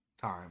time